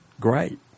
great